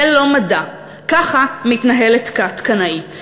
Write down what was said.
זה לא מדע, כך מתנהלת כת קנאית.